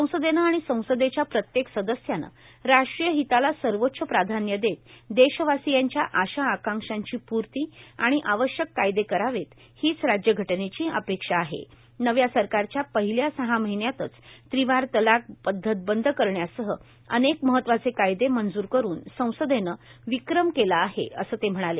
संसदेनं आणि संसदेच्या प्रत्येक सदस्यानं राष्ट्रीय हिताला सर्वोच्च प्राधान्य देत देशवासियांच्या आशा आकांक्षाची पूर्ती आणि आवश्यक कायदे करावेत हीच राज्यघटनेची अपेक्षा आहे नव्या सरकारच्या पहिल्या सहा महिन्यातच त्रिवार तलाक पद्धत बंद करण्यासह अनेक महत्त्वाचे कायदे मंजूर करुन संसदेनं विक्रम केला आहे असं ते म्हणाले